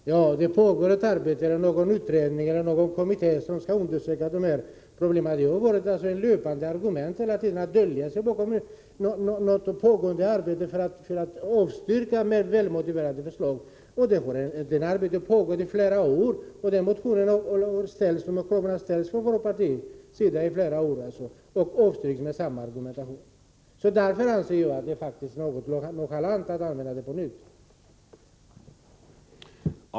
Herr talman! Det pågår ett arbete inom någon kommitté som skall undersöka dessa problem. Man har ständigt avvisat välmotiverade förslag med argumentet att det pågår en utredning. Detta arbete har pågått i flera år. Våra förslag har också framförts under flera år och har alltid avslagits med samma argumentering. Därför anser jag att det faktiskt är nonchalant att använda detta argument på nytt.